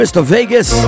Mr.Vegas